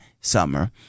summer